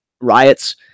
riots